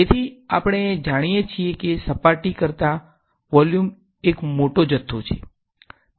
તેથી આપણે જાણીએ છીએ કે સપાટી કરતા વોલ્યુમ એક મોટો જથ્થો છે